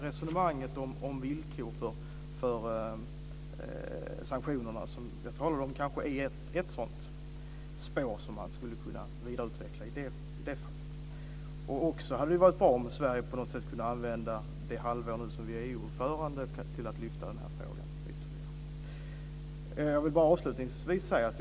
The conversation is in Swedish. Resonemanget om villkor för sanktionerna är ett sådant spår som kan vidareutvecklas. Det skulle också vara bra om Sverige under sitt halvår som EU-ordförande kunde lyfta fram frågan ytterligare.